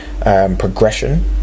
progression